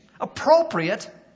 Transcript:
appropriate